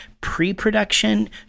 pre-production